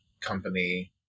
company